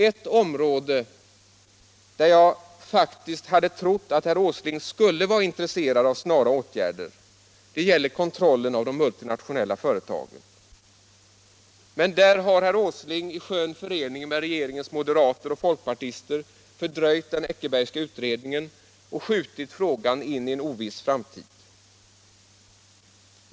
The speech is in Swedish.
Ett område där jag faktiskt hade trott att herr Åsling skulle vara intresserad av snara åtgärder gäller kontrollen av de multinationella företagen. Men där har herr Åsling i skön förening med regeringens moderater och folkpartister fördröjt den Eckerbergska utredningen och skjutit frågan in i en oviss framtid.